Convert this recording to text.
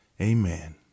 Amen